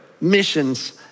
missions